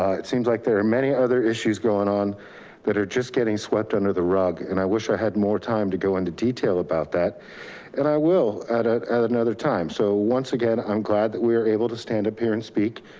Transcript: it seems like there are many other issues going on that are just getting swept under the rug. and i wish i had more time to go into detail about that and i will at at another time. so once again, i'm glad that we are able to stand up here and speak.